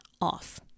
off